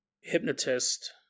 hypnotist